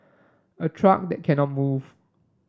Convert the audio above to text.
a truck that cannot move